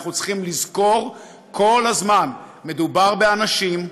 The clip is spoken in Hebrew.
אנחנו צריכים לזכור כל הזמן: מדובר באנשים,